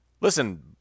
Listen